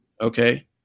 Okay